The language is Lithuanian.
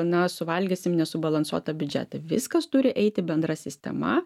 na suvalgysim nesubalansuotą biudžetą viskas turi eiti bendra sistema